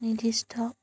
নিৰ্দিষ্ট